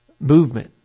movement